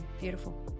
beautiful